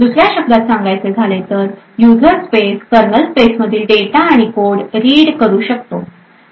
दुसऱ्या शब्दात सांगायचे झाले तर युजर स्पेस कर्नल स्पेस मधील डेटा आणि कोड रीड करू शकतो